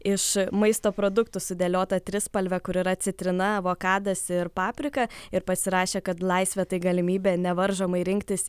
iš maisto produktų sudėliota trispalvę kur yra citrina avokadas ir paprika ir pasirašė kad laisvė tai galimybė nevaržomai rinktis